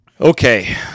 Okay